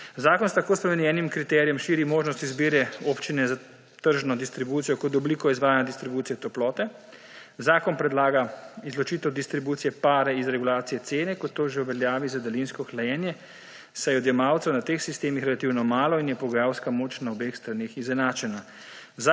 Zakon s tako spremenjenim kriterijem širi možnost izbire občine za tržno distribucijo kot obliko izvajanja distribucije toplote. Zakon predlaga izločitev distribucije pare iz regulacije cene, kot je to že v veljavi za daljinsko hlajenje, saj je odjemalcev na teh sistemih relativno malo in je pogajalska moč na obeh straneh izenačena.